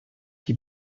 die